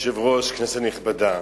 גברתי היושבת-ראש, כנסת נכבדה,